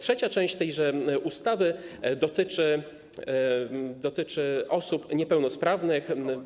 Trzecia część tejże ustawy dotyczy osób niepełnosprawnych.